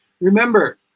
Remember